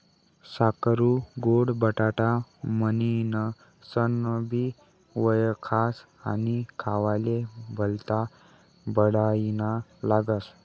साकरु गोड बटाटा म्हनीनसनबी वयखास आणि खावाले भल्ता बडाईना लागस